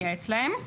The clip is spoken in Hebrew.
אלא לייעץ להם.